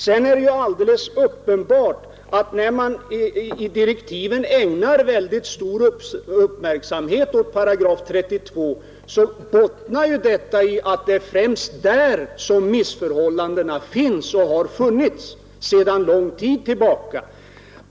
Sedan är det alldeles uppenbart att när man i direktiven ägnar stor uppmärksamhet åt 8 32, bottnar detta i att det främst är där som missförhållandena finns och har funnits sedan lång tid tillbaka.